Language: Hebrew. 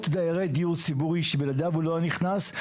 דיירי הדיור הציבורי שבלעדיו הוא לא היה נכנס,